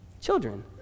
Children